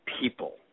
people